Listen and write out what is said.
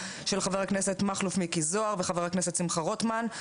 של חבר הכנסת מכלוף מיקי זוהר וחבר הכנסת שמחה רוטמן.